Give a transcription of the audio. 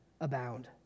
abound